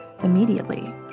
immediately